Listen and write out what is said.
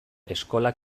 eskola